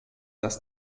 dass